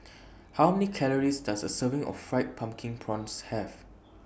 How Many Calories Does A Serving of Fried Pumpkin Prawns Have